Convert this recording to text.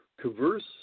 converse